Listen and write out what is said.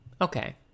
Okay